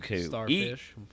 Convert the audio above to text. Starfish